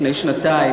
לפני שנתיים.